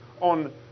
on